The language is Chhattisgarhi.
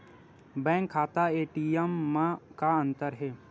बैंक खाता ए.टी.एम मा का अंतर हे?